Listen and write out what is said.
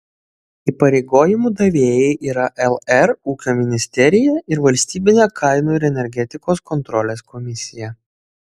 įpareigojimų davėjai yra lr ūkio ministerija ir valstybinė kainų ir energetikos kontrolės komisija